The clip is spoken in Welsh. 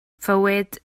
fywyd